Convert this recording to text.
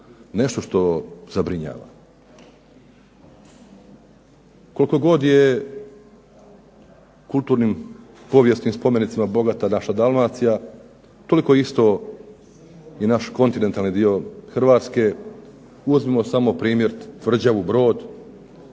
nešto što zabrinjava. Koliko god je kulturnim, povijesnim spomenicima bogata naša Dalmacija, toliko isto i naš kontinentalni dio Hrvatske. Uzmimo samo primjer tvrđavu Brod